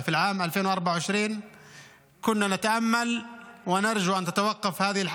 תודה רבה.